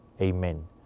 Amen